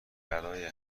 برای